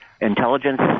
Intelligence